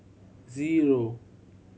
zero